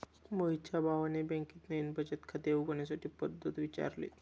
मोहितच्या भावाने बँकेत नवीन बचत खाते उघडण्याची पद्धत विचारली